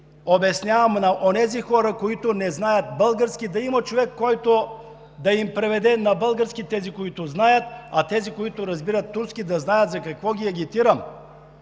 обяснявам на онези хора, които не знаят български, да има човек, който да им преведе на български – тези, които знаят, а тези, които разбират турски, да знаят за какво ги агитирам